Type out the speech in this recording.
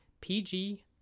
PG